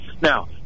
Now